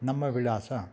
ನಮ್ಮ ವಿಳಾಸ